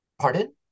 Pardon